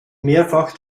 mehrfach